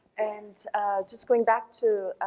and just going back to